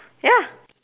ya